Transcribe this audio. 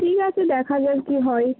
ঠিক আছে দেখা যাক কী হয়